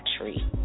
tree